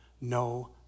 no